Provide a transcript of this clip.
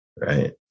right